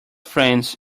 friends